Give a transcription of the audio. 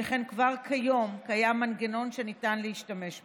שכן כבר כיום קיים מנגנון שניתן להשתמש בו.